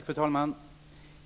Fru talman!